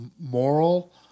moral